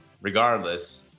regardless